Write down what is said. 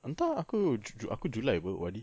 entah aku ju~ ju aku july apa O_R_D